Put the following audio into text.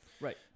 Right